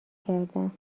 کردم